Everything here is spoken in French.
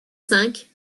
cinq